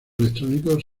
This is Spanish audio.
electrónicos